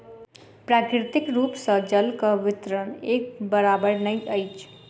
प्राकृतिक रूप सॅ जलक वितरण एक बराबैर नै अछि